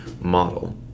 model